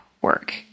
work